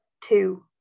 Two